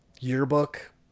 yearbook